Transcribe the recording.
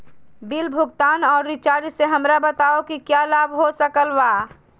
Bill भुगतान और recharge से हमरा बताओ कि क्या लाभ हो सकल बा?